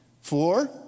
Four